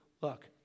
look